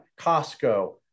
Costco